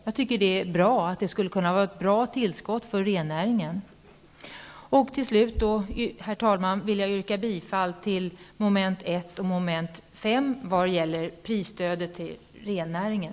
Jag tycker att det skulle vara ett bra tillskott till rennäringen. Allra sist yrkar jag bifall till meningsyttringen under mom. 1 och mom. 5 vad gäller prisstödet till rennäringen.